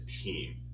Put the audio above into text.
team